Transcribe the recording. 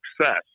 success